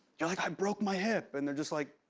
you're like, i broke my hip, and they're just like,